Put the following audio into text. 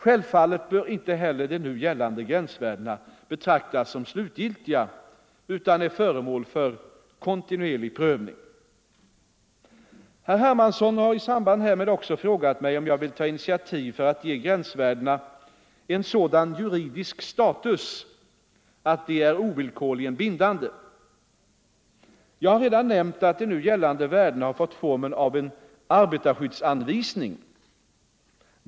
Självfallet bör inte heller de nu gällande gränsvärdena betraktas som slutgiltiga utan är föremål för kontinuerlig prövning. Herr Hermansson har i samband härmed också frågat mig om jag vill ta initiativ för att ge gränsvärdena en sådan juridisk status att de är ovillkorligen bindande. Jag har redan nämnt att de nu gällande värdena har fått formen av en arbetarskyddsanvisning.